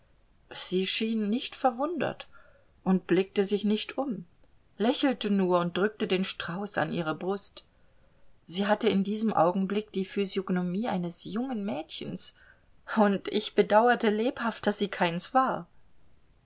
sie schien nicht verwundert und blickte sich nicht um lächelte nur und drückte den strauß an ihre brust sie hatte in diesem augenblick die physiognomie eines jungen mädchens und ich bedauerte lebhaft daß sie keins war